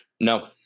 no